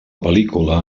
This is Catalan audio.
pel·lícula